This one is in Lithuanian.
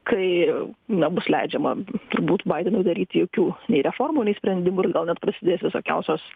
kai nebus leidžiama turbūt baidenui daryti jokių reformų nei sprendimų ir gal net prasidės visokiausios